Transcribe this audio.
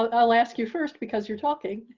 ah i'll ask you first, because you're talking